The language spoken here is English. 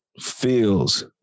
feels